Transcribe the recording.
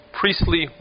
priestly